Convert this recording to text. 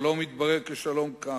והשלום התברר כשלום קר.